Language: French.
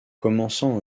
commençant